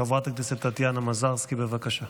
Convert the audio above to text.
חברת הכנסת טטיאנה מזרסקי, בבקשה.